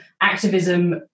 activism